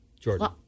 Jordan